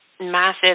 massive